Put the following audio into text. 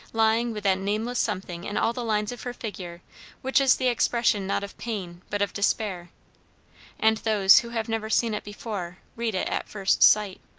lying with that nameless something in all the lines of her figure which is the expression not of pain but of despair and those who have never seen it before, read it at first sight.